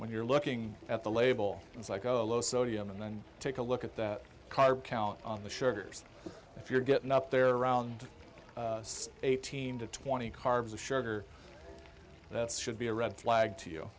when you're looking at the label it's like a low sodium and then take a look at that carb count on the sugars if you're getting up there around eighteen to twenty carbs a sugar that should be a red flag to you